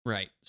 Right